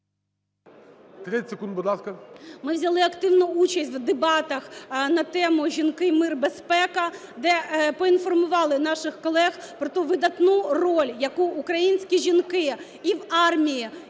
Ми взяли активну участь в дебатах на тему "Жінки, мир, безпека", де проінформували наших колег про ту видатну роль, яку українські жінки і в армії, і в інших